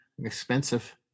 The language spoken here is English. Expensive